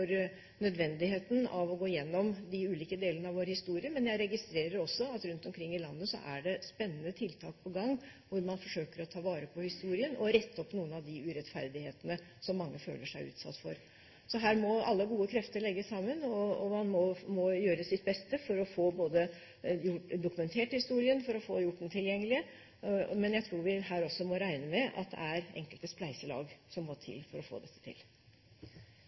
nødvendigheten av å gå igjennom de ulike delene av vår historie, men jeg registrerer også at rundt omkring i landet er det spennende tiltak på gang, hvor man forsøker å ta vare på historien og rette opp noen av de urettferdighetene som mange føler seg utsatt for. Så her må alle gode krefter legges sammen, og man må gjøre sitt beste for både å få dokumentert historien og å få gjort den tilgjengelig. Men jeg tror at vi her også må regne med at det er enkelte spleiselag som må til for å få dette til.